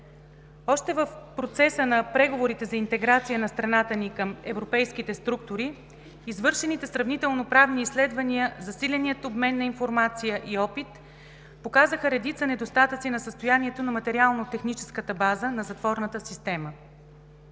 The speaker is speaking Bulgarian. Още в процеса на преговорите за интеграция на страната ни към европейските структури, извършените сравнително-правни изследвания, засиленият обмен на информация и опит показаха редица недостатъци на състоянието на материално-техническата база на затворната система.